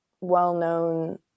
well-known